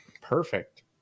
perfect